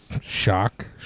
Shock